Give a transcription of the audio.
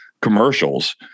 commercials